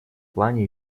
плане